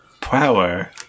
Power